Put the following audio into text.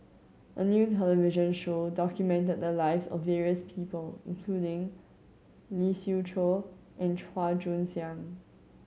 a new television show documented the lives of various people including Lee Siew Choh and Chua Joon Siang